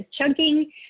chunking